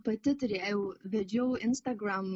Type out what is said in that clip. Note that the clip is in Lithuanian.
pati turėjau vedžiau instagram